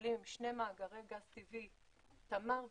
פועלים בשני מאגרי גז טבעי, תמר ולווייתן,